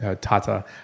Tata